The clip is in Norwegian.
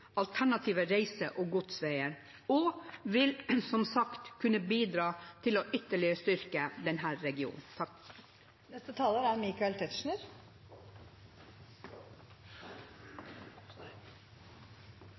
alternative reise- og godsveier og vil som sagt kunne bidra til ytterligere å styrke denne regionen. Takk, president – forresten fra den ene president til den annen. Vi er